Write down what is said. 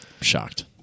Shocked